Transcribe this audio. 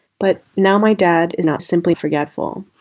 but now my dad is not simply forgetful.